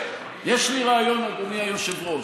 יש לי רעיון, אדוני היושב-ראש: